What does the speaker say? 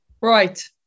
Right